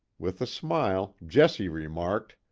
with a smile, jesse remarked